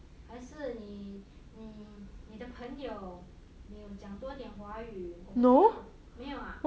还是你你你的朋友有讲多一点华语我不知道没有啊